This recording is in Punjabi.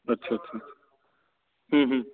ਅੱਛਾ ਅੱਛਾ ਹੂੰ ਹੂੰ